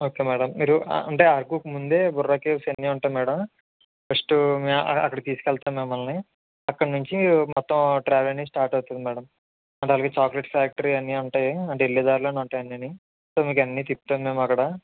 okay madam మీరు అంటే అరకుకు ముందే బొర్రా కేవ్స్ ఇవన్నీ ఉంటాయి మేడం ఫస్ట్ అక్కడికి తీసుకెళ్తాను మిమ్మల్ని అక్కడినుంచి మొత్తం ట్రెవెల్ అనేది స్టార్ట్ అవుతుంది మేడం అండ్ అలాగే చాక్లెట్ ఫ్యాక్టరీ అన్నీ ఉంటాయి అంటే వెళ్ళే దారిలోనే ఉంటాయి అన్నీ సో మీకు అన్ని తిప్పుతాము అక్కడ